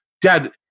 dad